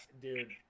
Dude